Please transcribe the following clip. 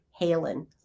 halen